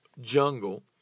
jungle